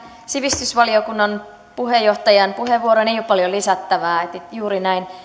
sivistysvaliokunnan puheenjohtajan puheenvuoroon ei ole paljon lisättävää juuri